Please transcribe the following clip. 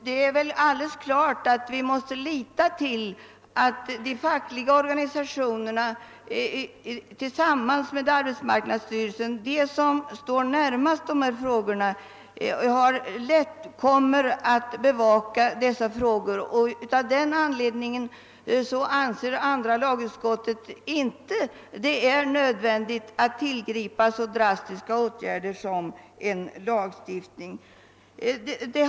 Det är klart att vi måste lita till att de fackliga organisationerna tillsammans med arbetsmarknadsstyrelsen, d.v.s. de som står närmast dessa frågor, kommer att bevaka saken. Av denna anledning anser andra lagutskottet att det inte är nödvändigt att tillgripa så drastiska åtgärder som en lagstiftning.